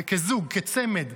כזוג, כצמד.